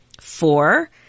Four